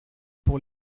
pour